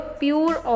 pure